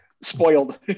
spoiled